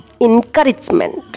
encouragement